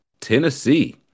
Tennessee